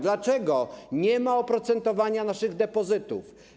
Dlaczego nie ma oprocentowania naszych depozytów?